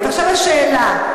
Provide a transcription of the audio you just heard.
עכשיו השאלה.